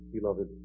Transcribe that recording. Beloved